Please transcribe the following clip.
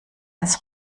als